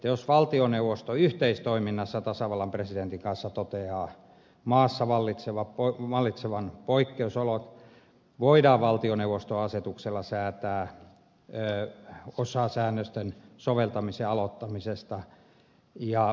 jos valtioneuvosto yhteistoiminnassa tasavallan presidentin kanssa toteaa maassa vallitsevan poikkeusolot voidaan valtioneuvoston asetuksella säätää ii osan säännösten soveltamisen aloittami sesta